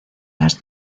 las